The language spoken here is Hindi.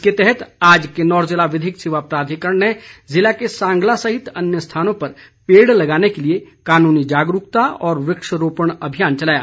इसके तहत आज किन्नौर जिला विधिक सेवा प्राधिकरण ने जिले के सांगला सहित अन्य स्थानों पर पेड़ लगाने के लिए कानूनी जागरूकता और वृक्षारोपण अभियान चलाया